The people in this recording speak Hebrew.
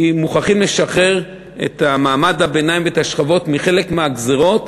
כי מוכרחים לשחרר את מעמד הביניים ואת השכבות החלשות מחלק מהגזירות,